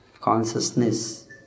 consciousness